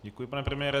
Děkuji, pane premiére.